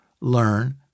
learn